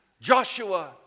Joshua